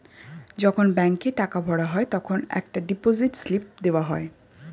যখন ব্যাংকে টাকা ভরা হয় তখন একটা ডিপোজিট স্লিপ দেওয়া যায়